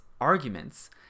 arguments